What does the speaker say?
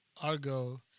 Argo